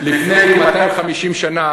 לפני כ-250 שנה